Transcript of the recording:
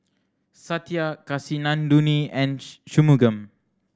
Satya Kasinadhuni and Shunmugam